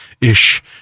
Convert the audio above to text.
ish